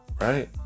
right